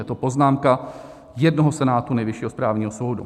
Je to poznámka jednoho senátu Nejvyššího správního soudu.